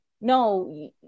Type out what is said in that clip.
no